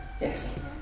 Yes